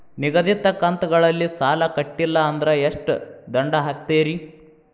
ನಿಗದಿತ ಕಂತ್ ಗಳಲ್ಲಿ ಸಾಲ ಕಟ್ಲಿಲ್ಲ ಅಂದ್ರ ಎಷ್ಟ ದಂಡ ಹಾಕ್ತೇರಿ?